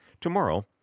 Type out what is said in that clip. Tomorrow